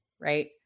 right